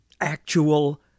actual